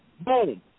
boom